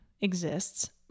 exists